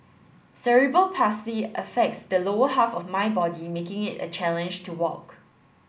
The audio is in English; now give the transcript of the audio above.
Cerebral Palsy affects the lower half of my body making it a challenge to walk